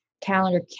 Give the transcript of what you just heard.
calendar